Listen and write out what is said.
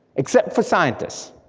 except for scientists.